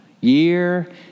year